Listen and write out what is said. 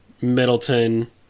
Middleton